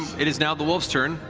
it is now the wolf's turn.